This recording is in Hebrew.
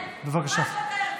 כן, ממש עוד הערב.